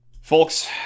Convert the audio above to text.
Folks